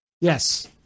Yes